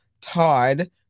Todd